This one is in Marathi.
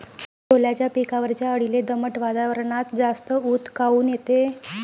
सोल्याच्या पिकावरच्या अळीले दमट वातावरनात जास्त ऊत काऊन येते?